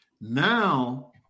now